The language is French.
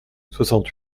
soixante